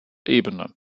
ebene